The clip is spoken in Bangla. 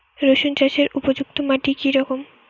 রুসুন চাষের উপযুক্ত মাটি কি রকম?